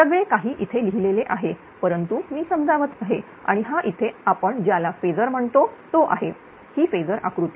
सगळे काही इथे लिहिलेले आहे आहे परंतु मी समजावत आहे आणि हा इथे आपण ज्याला फेजर म्हणतो तो आहे ही फेजर आकृती